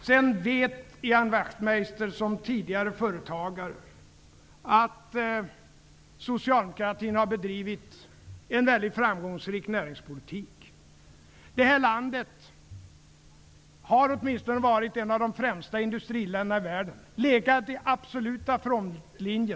Ian Wachtmeister vet, som tidigare företagare, att socialdemokratin har bedrivit en mycket framgångsrik näringspolitik. Det här landet har varit åtminstone ett av de främsta industriländerna i världen som har legat i den absoluta frontlinjen.